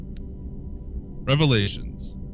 Revelations